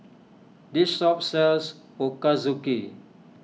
this shop sells Ochazuke